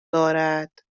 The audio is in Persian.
دارد